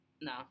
No